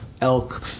elk